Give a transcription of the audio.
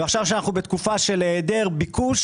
עכשיו, כשאנחנו בתקופה של היעדר ביקוש